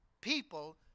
people